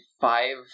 five